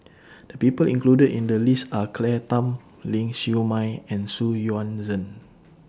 The People included in The list Are Claire Tham Ling Siew May and Xu Yuan Zhen